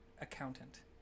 accountant